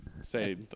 say